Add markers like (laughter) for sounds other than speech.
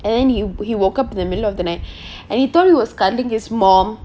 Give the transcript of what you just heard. and then he woke up in the middle of the night (breath) and he thought he was cuddling his mom